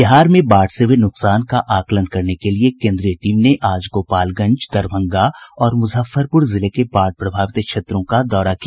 बिहार में बाढ से हुए नुकसान का आकलन करने के लिए केन्द्रीय टीम ने आज गोपालगंज दरभंगा और मुजफ्फरपुर जिले के बाढ़ प्रभावित क्षेत्रों का दौरा किया